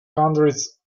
hundreds